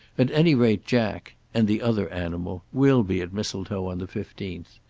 at any rate jack and the other animal will be at mistletoe on the fifteenth.